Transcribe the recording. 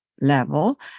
level